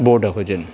board हुजनि